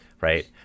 right